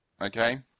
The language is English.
okay